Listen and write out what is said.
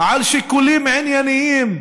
על שיקולים ענייניים,